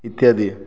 ଇତ୍ୟାଦି